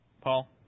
Paul